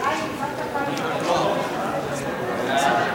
חוק ייעול הליכי האכיפה ברשות ניירות ערך (תיקוני חקיקה),